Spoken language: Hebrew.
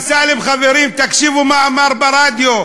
חברים, תקשיבו מה הוא אמר ברדיו: